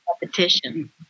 Repetition